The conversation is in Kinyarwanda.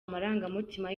amarangamutima